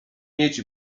mieć